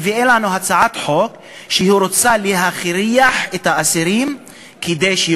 מביאה לנו הצעת חוק שבאמצעותה היא רוצה להכריח את האסירים לאכול,